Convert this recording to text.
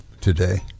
today